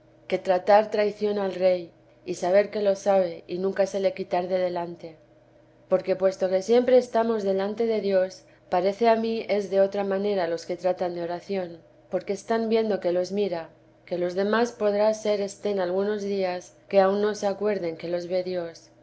que tratar traición al rey y saber que lo sabe y nunta se le quitar de delante porque puesto que siempre estamos delante de dios paréceme a mí es de otra manera los que tratan de oración porque están viendo que ios mira que los demás podrá ser estén algunos días que aun no se acuerden que los ve dios